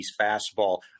fastball